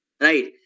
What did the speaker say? Right